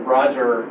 Roger